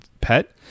pet